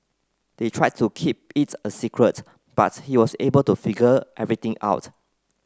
they tried to keep it a secret but he was able to figure everything out